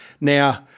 Now